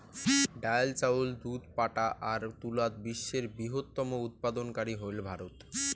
ডাইল, চাউল, দুধ, পাটা আর তুলাত বিশ্বের বৃহত্তম উৎপাদনকারী হইল ভারত